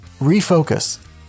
Refocus